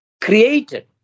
created